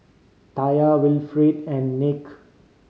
Taya Wilfrid and Nick